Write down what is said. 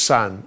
Son